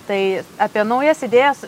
tai apie naujas idėjas